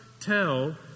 tell